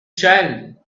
child